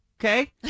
okay